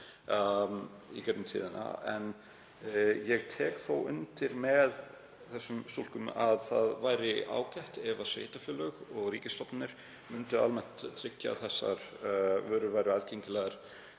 í gegnum tíðina. En ég tek þó undir með þessum stúlkum að það væri ágætt ef sveitarfélög og ríkisstofnanir myndu almennt tryggja að þessar vörur væru aðgengilegar